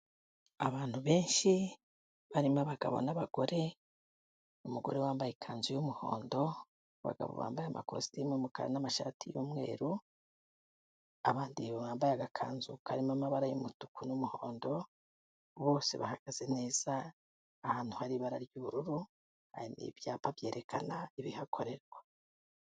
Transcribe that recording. Abantu benshi barimo abagabo n'abagore, umugore wambaye ikanzu y'umuhondo, abagabo bambaye amakositimu yumukara n'amashati y'umweru, abandi bambaye agakanzu karimo amabara y'umutuku n'umuhondo, bose bahagaze neza ahantu hari ibara ry'ubururu, ibyapa byerekana ibihakorerwa.